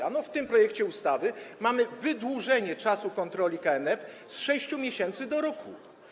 Ano w tym projekcie ustawy mamy wydłużenie czasu kontroli KNF z 6 miesięcy do roku.